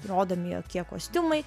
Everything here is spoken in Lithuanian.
rodomi jokie kostiumai